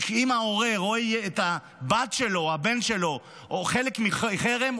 כי אם הורה רואה את הבת שלו או הבן שלו חלק מחרם,